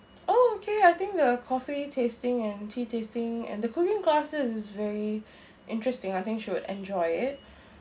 oh okay I think the coffee tasting and tea tasting and the cooking classes is very interesting I think she would enjoy it